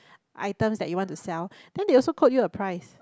items that you want to sell than they also quote you a price